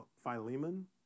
Philemon